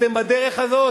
אתם בדרך הזאת.